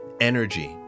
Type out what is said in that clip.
Energy